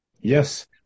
yes